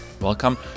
Welcome